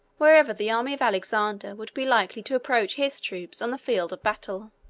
wherever the army of alexander would be likely to approach his troops on the field of battle.